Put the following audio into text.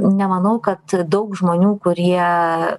nemanau kad daug žmonių kurie